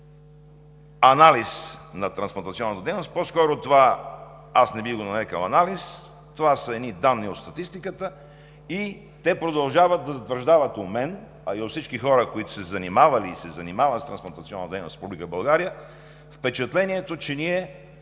анализ на трансплантационната дейност. Аз не бих нарекъл това анализ – това са данни от статистиката, и те продължават да затвърждават у мен, а и във всички хора, които са се занимавали и се занимават с трансплантационната дейност в Република България, впечатлението, че ние